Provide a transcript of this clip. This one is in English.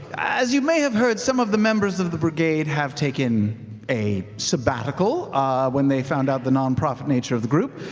as you may have heard, some of the members of the brigade have taken a sabbatical when they found out the nonprofit nature of the group,